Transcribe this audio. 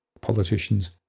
politicians